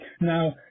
Now